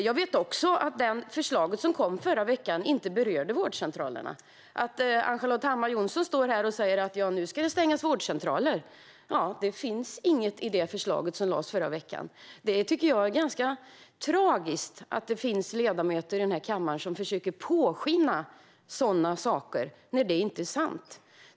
Jag vet också att det förslag som kom i förra veckan inte berörde vårdcentralerna. Ann-Charlotte Hammar Johnsson stod här och sa: Nu ska det stängas vårdcentraler. Men det finns inget sådant i det förslag som lades fram i förra veckan. Jag tycker att det är ganska tragiskt att det finns ledamöter i denna kammare som försöker påskina sådana saker när de inte är sanna.